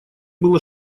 было